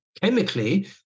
Chemically